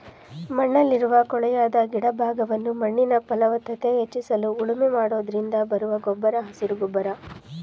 ಮಣ್ಣಲ್ಲಿರುವ ಕೊಳೆಯದ ಗಿಡ ಭಾಗವನ್ನು ಮಣ್ಣಿನ ಫಲವತ್ತತೆ ಹೆಚ್ಚಿಸಲು ಉಳುಮೆ ಮಾಡೋದ್ರಿಂದ ಬರುವ ಗೊಬ್ಬರ ಹಸಿರು ಗೊಬ್ಬರ